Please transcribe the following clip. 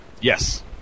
Yes